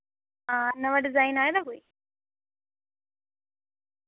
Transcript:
हां नवां डिजाइन आए दा कोई